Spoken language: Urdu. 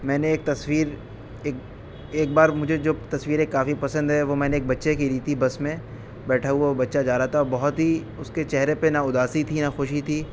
میں نے ایک تصویر ایک ایک بار مجھے جب تصویریں کافی پسند ہے وہ میں نے ایک بچے کی لی تھی بس میں بیٹھا ہوا وہ بچہ جا رہا تھا وہ بہت ہی اس کے چہرے پہ نہ اداسی تھی نہ خوشی تھی